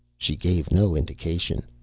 she gave no indication.